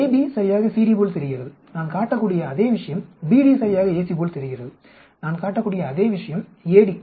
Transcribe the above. AB சரியாக CD போல் தெரிகிறது நான் காட்டக்கூடியஅதே விஷயம் BD சரியாக AC போல் தெரிகிறது நான் காட்டக்கூடிய அதே விஷயம் AD